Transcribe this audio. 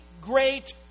great